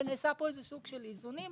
ונעשה פה איזה סוג של איזונים,